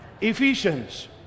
Ephesians